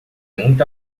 muito